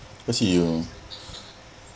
cause you